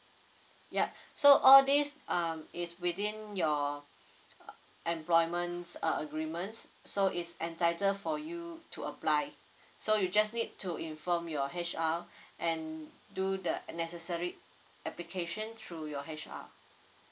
ya so all these um is within your employment's uh agreements so it's entitle for you to apply so you just need to inform your H_R and do the necessary application through your H_R